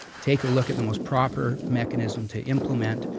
take a look at the most proper mechanism to implement